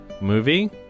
movie